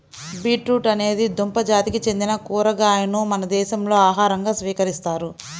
beetroot అనేది దుంప జాతికి చెందిన కూరగాయను మన దేశంలో ఆహారంగా స్వీకరిస్తారు